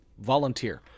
volunteer